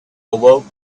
awoke